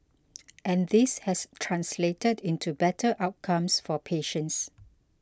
and this has translated into better outcomes for patients